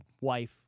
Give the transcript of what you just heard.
wife